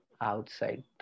outside